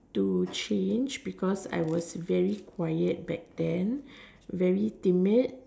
to change because I was very quiet back then very timid